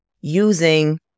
using